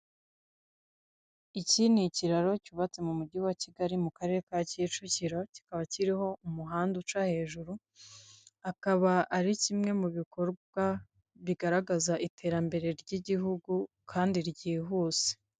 iki n'ikiraro cyubatse mumugi wa kigali mukarere ka kicukiro kikaba kiriho umuhanda uca hejuru, akaba ari kimwe mubikorwa bigaragaza iterambere ry'igihugu kandi ryihuse.